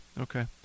Okay